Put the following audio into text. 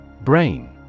Brain